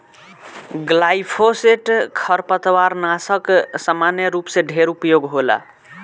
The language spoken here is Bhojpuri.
ग्लाइफोसेट खरपतवारनाशक सामान्य रूप से ढेर उपयोग होला